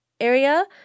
area